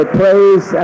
praise